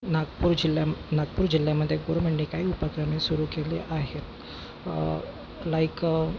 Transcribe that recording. नागपूर जिल्ह्या नागपूर जिल्ह्यामध्ये गोरमेणनी काही उपक्रमे सुरू केली आहेत लाईक